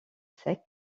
secs